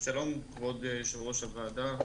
שלום כבוד יושב ראש הוועדה.